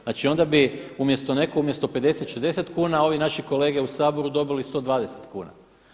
Znači, onda bi umjesto netko umjesto 50, 60 kuna ovi naši kolege u Saboru dobili 120 kuna.